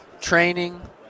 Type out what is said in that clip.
training